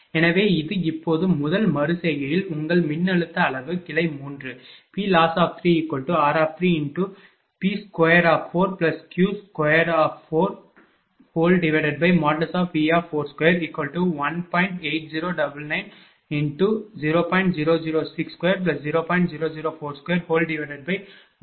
எனவே இது இப்போது முதல் மறு செய்கையில் உங்கள் மின்னழுத்த அளவு கிளை 3 PLoss3r3P24Q24| V4|21